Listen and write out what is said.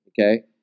Okay